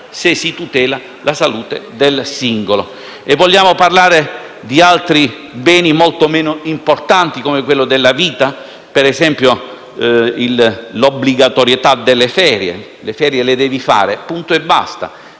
se si tutela la salute del singolo. Vogliamo parlare di altri beni molto meno importanti rispetto a quello della vita? Penso, ad esempio, all'obbligatorietà delle ferie. Le ferie vanno fatte, punto e basta.